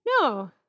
No